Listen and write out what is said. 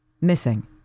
Missing